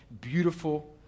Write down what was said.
beautiful